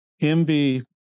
envy